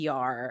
PR